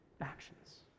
actions